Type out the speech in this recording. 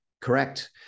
Correct